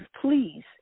please